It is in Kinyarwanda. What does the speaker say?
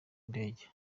indege